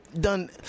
done